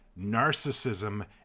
narcissism